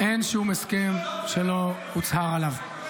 אין שום הסכם שלא הוצהר עליו.